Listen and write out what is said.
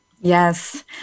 Yes